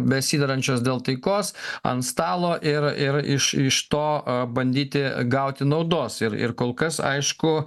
besiderančios dėl taikos ant stalo ir ir iš iš to bandyti gauti naudos ir ir kol kas aišku